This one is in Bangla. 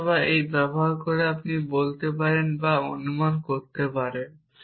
অথবা এই ব্যবহার আপনি বলতে পারেন এবং অনুমান করতে পারেন